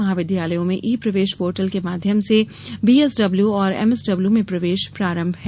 महाविद्यालयों में ई प्रवेश पोर्टल के माध्यम से बीएसडब्ल्यू और एमएसडब्ल्यू में प्रवेश प्रारंभ है